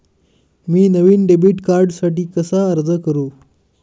मी नवीन डेबिट कार्डसाठी अर्ज कसा करू?